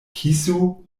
kisu